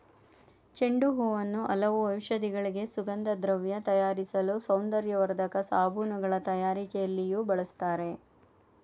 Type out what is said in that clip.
ಚೆಂಡು ಹೂವನ್ನು ಹಲವು ಔಷಧಿಗಳಿಗೆ, ಸುಗಂಧದ್ರವ್ಯ ತಯಾರಿಸಲು, ಸೌಂದರ್ಯವರ್ಧಕ ಸಾಬೂನುಗಳ ತಯಾರಿಕೆಯಲ್ಲಿಯೂ ಬಳ್ಸತ್ತರೆ